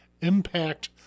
impact